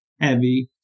heavy